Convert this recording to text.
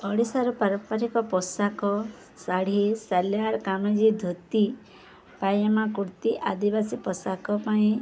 ଓଡ଼ିଶାର ପାରମ୍ପାରିକ ପୋଷାକ ଶାଢ଼ୀ ସାଲ୍ୱାର କମିଜ ଧୋତି ପାଇଜାମା କୁର୍ତ୍ତୀ ଆଦିବାସୀ ପୋଷାକ ପାଇଁ